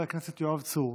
חבר הכנסת יואב בן צור,